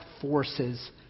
forces